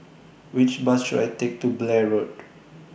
Which Bus should I Take to Blair Road